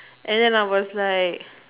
and then I was like